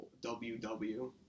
WW